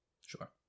Sure